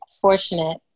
fortunate